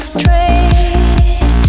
straight